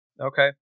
Okay